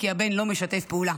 כי הבן לא משתף פעולה.